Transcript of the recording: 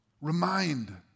remind